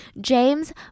james